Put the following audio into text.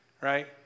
right